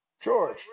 George